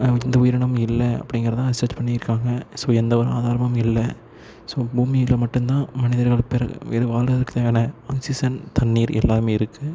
எந்த உயிரினமும் இல்லை அப்படிங்கறதான் ரிசர்ச் பண்ணி இருக்காங்க ஸோ எந்த ஒரு ஆதாரமும் இல்லை ஸோ பூமியில மட்டுந்தான் மனிதர்கள் இப்போ இருக்க வாழ்கிறதுக்கு தேவையான ஆக்சிஜன் தண்ணீர் எல்லாமே இருக்குது